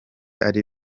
ari